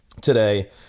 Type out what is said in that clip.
today